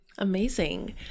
Amazing